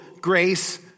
grace